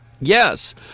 Yes